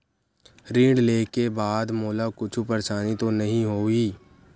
ऋण लेके बाद मोला कुछु परेशानी तो नहीं होही?